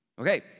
Okay